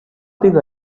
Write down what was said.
did